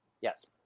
Yes